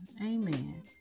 Amen